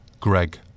greg